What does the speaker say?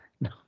no